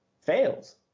fails